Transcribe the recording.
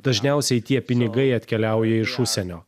dažniausiai tie pinigai atkeliauja iš užsienio